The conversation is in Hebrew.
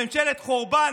ממשלת חורבן,